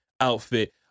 outfit